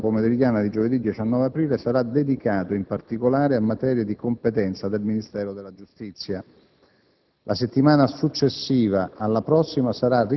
Si ricorda che il sindacato ispettivo della seduta pomeridiana di giovedì 19 aprile sarà dedicato in particolare a materie di competenza del Ministero della giustizia.